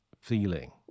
feeling